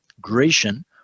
Grecian